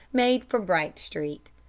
made for bright street.